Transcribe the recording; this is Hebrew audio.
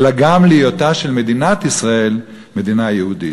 אלא גם להיותה של מדינת ישראל מדינה יהודית.